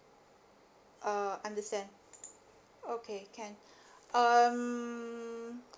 uh understand okay can um